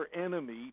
enemy